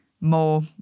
more